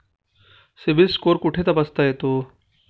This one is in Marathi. सिबिल स्कोअर कुठे तपासता येतो?